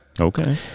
Okay